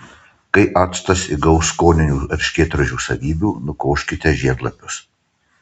kai actas įgaus skoninių erškėtrožių savybių nukoškite žiedlapius